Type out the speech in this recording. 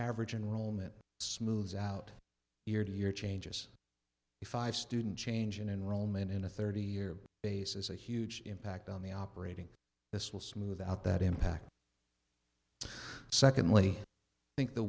average enrollment smooths out year to year changes five student change in enrollment in a thirty year basis a huge impact on the operating this will smooth out that impact secondly i think the